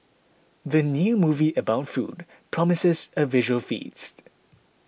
the new movie about food promises a visual feast